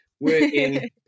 Working